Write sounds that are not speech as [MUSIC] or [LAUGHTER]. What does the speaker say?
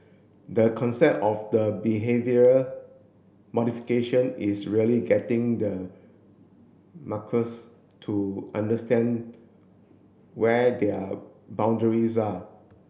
the concept of the behavioural modification is really getting the [UNINTELLIGIBLE] to understand where their boundaries are